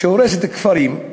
שהורסת כפרים,